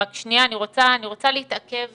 רק אני רוצה להתעכב